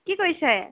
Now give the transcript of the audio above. কি কৰিছে